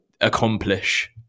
accomplish